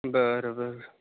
बरं बरं